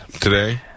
today